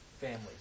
families